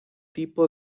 tipo